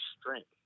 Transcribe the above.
strength